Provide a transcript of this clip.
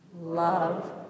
Love